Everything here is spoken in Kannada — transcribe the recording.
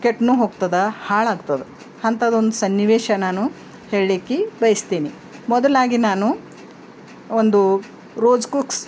ಕೆಟ್ಟು ಹೋಗ್ತದ ಹಾಳಾಗ್ತದ ಅಂತದೊಂದ್ ಸನ್ನಿವೇಶ ನಾನು ಹೇಳ್ಲಿಕ್ಕೆ ಬಯಸ್ತೀನಿ ಮೊದಲಾಗಿ ನಾನು ಒಂದು ರೋಜ್ ಕುಕ್ಸ್